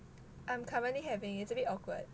I'm currently having it's a bit awkward